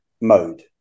mode